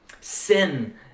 Sin